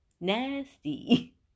nasty